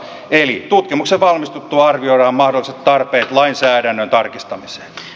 eli tutkimuksen valmistuttua arvioidaan mahdolliset tarpeet lainsäädännön tarkistamiseen